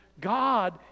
God